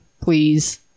please